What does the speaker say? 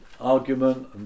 argument